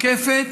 מקפת,